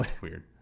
Weird